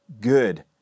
good